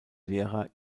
lehrer